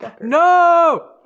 No